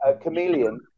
chameleon